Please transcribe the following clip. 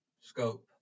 scope